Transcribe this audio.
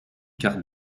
quart